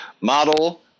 model